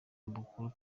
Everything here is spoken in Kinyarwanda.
mukuru